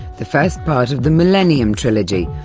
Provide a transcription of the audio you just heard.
the first part of the millennium trilogy,